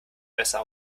besser